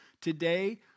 Today